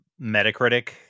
Metacritic